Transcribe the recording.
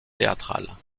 théâtrales